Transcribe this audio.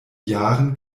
jahren